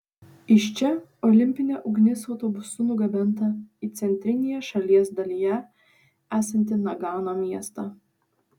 iš čia olimpinė ugnis autobusu nugabenta į centrinėje šalies dalyje esantį nagano miestą